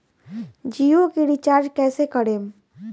जियो के रीचार्ज कैसे करेम?